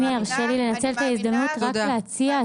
אם יורשה לי לנצל את ההזדמנות רק להציע הצעה.